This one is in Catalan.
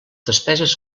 despeses